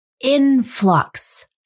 influx